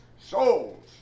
souls